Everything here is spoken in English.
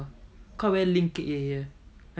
cause I already link it already eh here